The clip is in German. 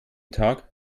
tag